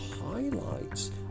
highlights